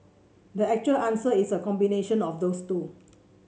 the actual answer is a combination of those two